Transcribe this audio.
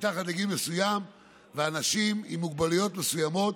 מתחת לגיל מסוים ואנשים עם מוגבלויות מסוימות